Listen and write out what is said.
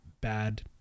bad